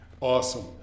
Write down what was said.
Awesome